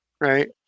right